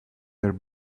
their